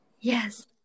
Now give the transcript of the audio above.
Yes